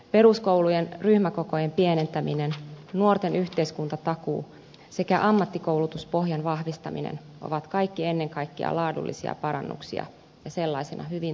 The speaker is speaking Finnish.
peruskoulujen ryhmäkokojen pienentäminen nuorten yhteiskuntatakuu sekä ammattikoulutuspohjan vahvistaminen ovat kaikki ennen kaikkea laadullisia parannuksia ja sellaisina hyvin